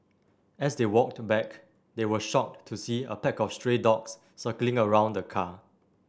as they walked back they were shocked to see a pack of stray dogs circling around the car